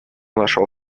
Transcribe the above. нашел